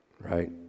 right